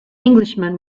englishman